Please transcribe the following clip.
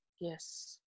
Yes